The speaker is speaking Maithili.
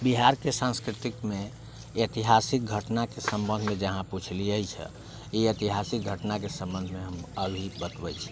बिहारके संस्कृतिकमे ऐतिहासिक घटनाके सम्बन्धमे जे अहाँ पूछलियै हँ ई ऐतिहासिक घटनाके सम्बन्धमे हम अभी बतबै छी